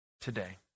today